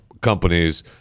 companies